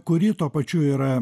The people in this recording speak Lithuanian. kuri tuo pačiu yra